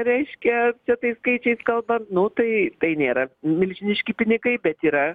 reiškia čia tai skaičiais kalbant nu tai tai nėra milžiniški pinigai bet yra